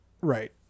Right